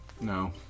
No